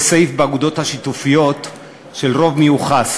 יש סעיף בתקנות האגודות השיתופיות של רוב מיוחס,